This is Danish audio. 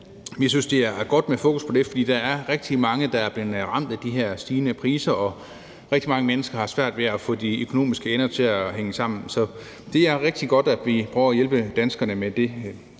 Vi synes, det er godt med fokus på det, for der er rigtig mange, der er blevet ramt af de her stigende priser, og rigtig mange mennesker har svært ved at få det økonomiske til at hænge sammen; så det er rigtig godt, at vi prøver at hjælpe danskerne med det.